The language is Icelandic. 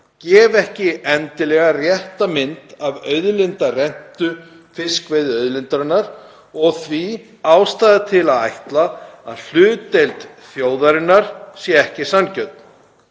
gefi ekki endilega rétta mynd af auðlindarentu fiskveiðiauðlindarinnar og því ástæða til að ætla að hlutdeild þjóðarinnar sé ekki sanngjörn.